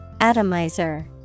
Atomizer